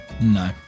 No